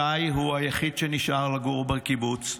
שי הוא היחיד שנשאר לגור בקיבוץ,